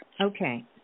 Okay